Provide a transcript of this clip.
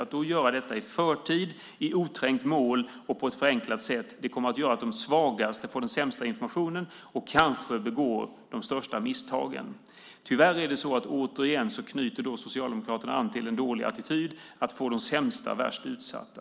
Att göra detta i förtid, i oträngt mål och på ett förenklat sätt kommer att innebära att de svagaste får den sämsta informationen och kanske begår de största misstagen. Tyvärr är det återigen så att Socialdemokraterna knyter an till en dålig attityd, att få de sämst ställda värst utsatta.